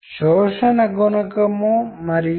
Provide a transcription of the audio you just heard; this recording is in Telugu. అతను తనతో తానే ఒక విధమైన కమ్యూనికేషన్లో ఉన్నాడు